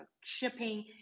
shipping